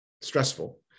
stressful